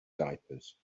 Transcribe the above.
diapers